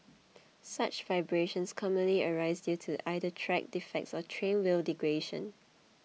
such vibrations commonly arise due to either track defects or train wheel degradation